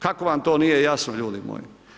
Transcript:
Kako vam to nije jasno, ljudi moji?